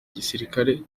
gisirikari